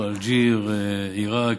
אלג'יר, עיראק,